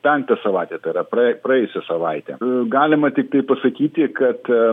penktą savaitę tai yra pra praėjusią savaitę galima tiktai pasakyti kad